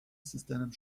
systemem